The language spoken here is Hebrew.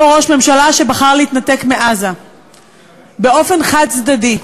אותו ראש ממשלה שבחר להתנתק מעזה באופן חד-צדדי,